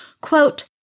quote